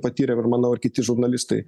patyrėm ir manau kiti žurnalistai